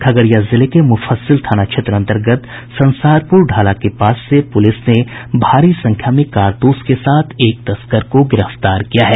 खगड़िया जिले के मुफस्सिल थाना क्षेत्र अंतर्गत संसारपुर ढाला के पास से पुलिस ने भारी संख्या में कारतूस के साथ एक तस्कर को गिरफ्तार किया है